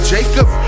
Jacob